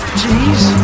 jeez